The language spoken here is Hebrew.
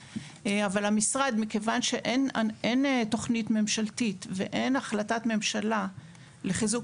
מכיוון שאין תוכנית ממשלתית ואין החלטת ממשלה לחיזוק